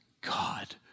God